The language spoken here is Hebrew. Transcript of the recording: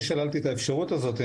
אני לא שללתי את האפשרות הזאת,